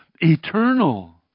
eternal